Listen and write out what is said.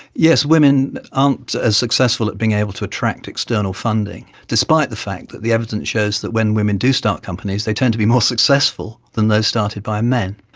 yes, women aren't as successful at being able to attract external funding, despite the fact that the evidence shows that when women do start companies they tend to be more successful than those started by men.